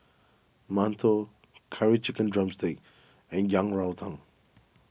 Mantou Curry Chicken Drumstick and Yang Rou Tang